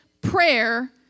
prayer